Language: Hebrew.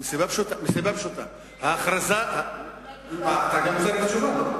פשוטה, אתה רוצה גם תשובה?